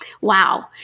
Wow